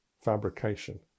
fabrication